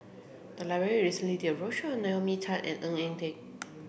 the library recently did a roadshow on Naomi Tan and Ng Eng Teng